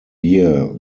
year